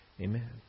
Amen